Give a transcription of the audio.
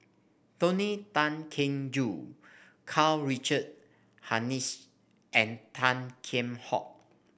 Tony Tan Keng Joo Karl Richard Hanitsch and Tan Kheam Hock